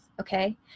okay